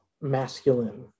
masculine